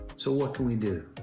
so, what can we do?